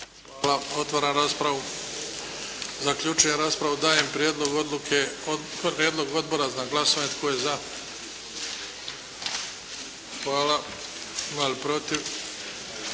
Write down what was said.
Hvala. Otvaram raspravu. Zaključujem raspravu. Dajem prijedlog na glasovanje. Tko je za? Hvala. Protiv?